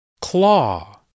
Claw